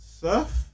surf